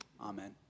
Amen